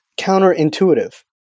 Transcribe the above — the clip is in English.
counterintuitive